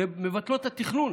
שמבטלות את התכנון